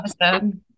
Episode